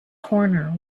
corner